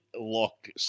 look